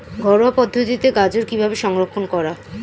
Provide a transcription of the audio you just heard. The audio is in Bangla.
ঘরোয়া পদ্ধতিতে গাজর কিভাবে সংরক্ষণ করা?